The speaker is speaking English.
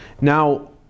Now